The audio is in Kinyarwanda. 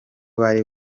bari